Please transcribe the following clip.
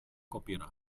copyright